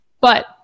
But-